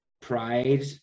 pride